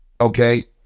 Okay